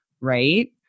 right